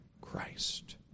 Christ